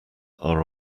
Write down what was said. are